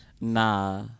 Nah